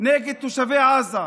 נגד תושבי עזה.